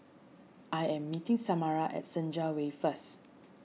I am meeting Samara at Senja Way first